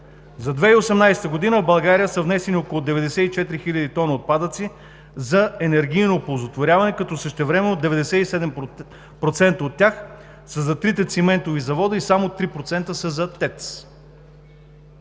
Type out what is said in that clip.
За 2018 г. в България са внесени около 94 хиляди тона отпадъци за енергийно оползотворяване, като същевременно 97% от тях са за трите циментови завода и само 3% са за